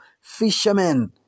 fishermen